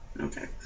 Okay